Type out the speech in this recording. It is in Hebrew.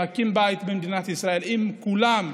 להקים בית במדינת ישראל, עם כולם.